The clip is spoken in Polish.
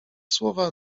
słowa